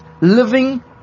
living